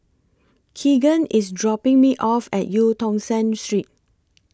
Keegan IS dropping Me off At EU Tong Sen Street